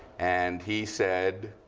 and he said,